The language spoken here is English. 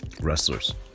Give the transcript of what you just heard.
wrestlers